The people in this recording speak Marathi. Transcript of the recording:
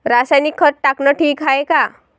रासायनिक खत टाकनं ठीक हाये का?